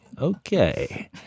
okay